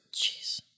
Jeez